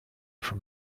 from